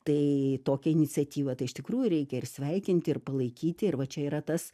tai tokią iniciatyvą tai iš tikrųjų reikia ir sveikinti ir palaikyti ir va čia yra tas